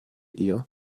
ihr